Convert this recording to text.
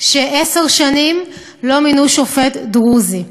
שעשר שנים לא מינו שופט דרוזי,